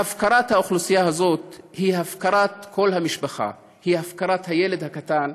הפקרתה היא הפקרת כל המשפחה, היא הפקרת הילד הקטן,